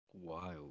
wild